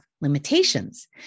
limitations